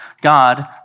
God